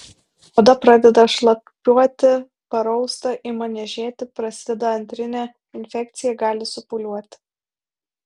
oda pradeda šlapiuoti parausta ima niežėti prasideda antrinė infekcija gali supūliuoti